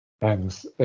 Thanks